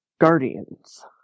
Guardians